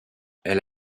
elle